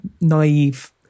naive